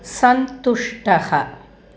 सन्तुष्टः